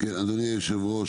אדוני היושב-ראש,